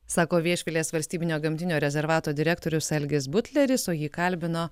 sako viešvilės valstybinio gamtinio rezervato direktorius algis butleris o jį kalbino